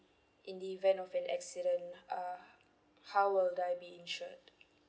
in the event of an accident uh how will I be insured